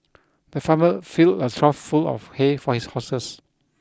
the farmer filled a trough full of hay for his horses